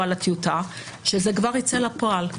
על הטיוטה כדי שזה כבר ייצא לפועל.